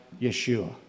Yeshua